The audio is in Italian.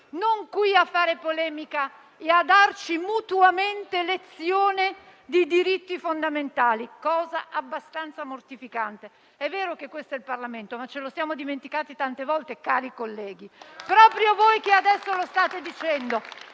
non qui a fare polemica e a darci mutuamente lezioni di diritti fondamentali, cosa abbastanza mortificante. È vero che questo è il Parlamento, ma ce lo siamo dimenticati tante volte, cari colleghi, proprio voi che adesso lo state dicendo.